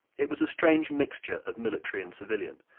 it was a strange mixture of military and civilian,